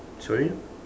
sorry